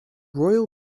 royal